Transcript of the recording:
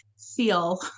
feel